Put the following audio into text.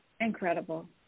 Incredible